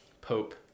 Pope